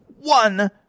one